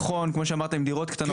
אחר כך ל-2 מיליון ו-300 אלף שקלים,